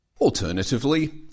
Alternatively